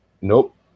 nope